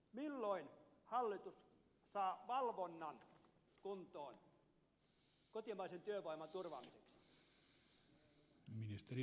milloin hallitus saa valvonnan kuntoon kotimaisen työvoiman turvaamiseksi